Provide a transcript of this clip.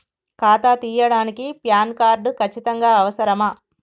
ఖాతా తీయడానికి PAN card ఖచ్చితంగా అవసరమా?